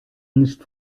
nicht